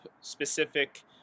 specific